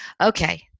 okay